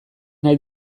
nahi